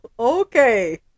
okay